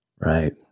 right